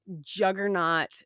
juggernaut